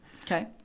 Okay